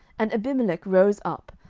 and abimelech rose up,